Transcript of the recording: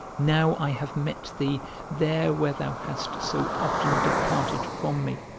now i have met thee there where thou hast so often departed from me